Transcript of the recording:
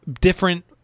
different